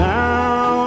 now